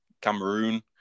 Cameroon